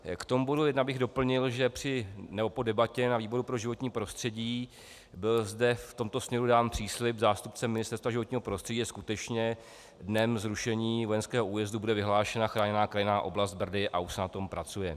K tomu bodu 1 bych doplnil, že po debatě ve výboru pro životní prostředí byl zde v tomto směru dán příslib zástupcem Ministerstva životního prostředí, že skutečně dnem zrušení vojenského újezdu bude vyhlášena Chráněná krajinná oblast Brdy, a už se na tom pracuje.